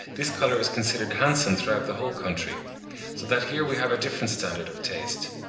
this colour is considered handsome throughout the whole country so that here we have a different standard of taste.